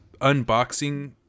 unboxing